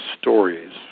stories